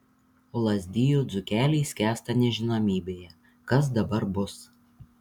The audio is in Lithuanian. o lazdijų dzūkeliai skęsta nežinomybėje kas dabar bus